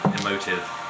emotive